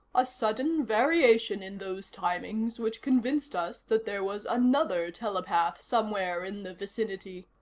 a sudden variation in those timings which convinced us that there was another telepath somewhere in the vicinity.